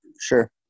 Sure